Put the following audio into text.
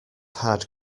had